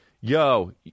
yo